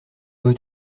veut